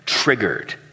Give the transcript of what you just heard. Triggered